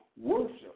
worship